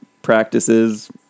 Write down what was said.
practices